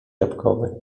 jabłkowy